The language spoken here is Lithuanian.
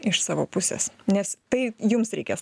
iš savo pusės nes tai jums reikės